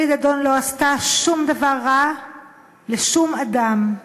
שלי דדון לא עשתה שום דבר רע לשום אדם.